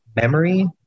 memory